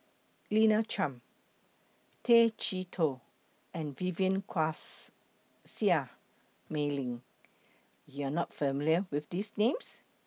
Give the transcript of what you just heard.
Lina Chiam Tay Chee Toh and Vivien Quahe Seah Mei Lin YOU Are not familiar with These Names